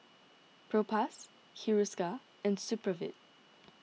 Propass Hiruscar and Supravit